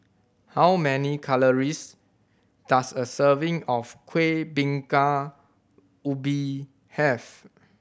how many calories does a serving of Kueh Bingka Ubi have